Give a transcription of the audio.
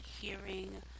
hearing